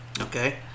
okay